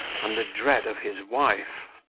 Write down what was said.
and the dread of his wife.